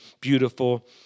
beautiful